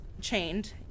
chained